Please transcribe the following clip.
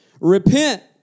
repent